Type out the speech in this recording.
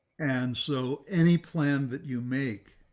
and so any plan that you make,